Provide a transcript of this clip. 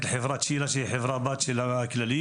לחברת ש.ל.ה שהיא חברה בת של הכללית,